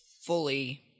fully